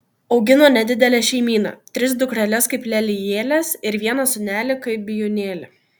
augino nedidelę šeimyną tris dukreles kaip lelijėles ir vieną sūnelį kaip bijūnėlį